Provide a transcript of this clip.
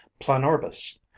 planorbis